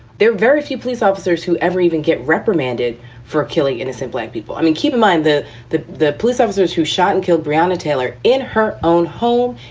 there are very few police officers who ever even get reprimanded for killing innocent black people. i mean, keep in mind that the the police officers who shot and killed brown, a tailor in her own home,